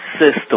system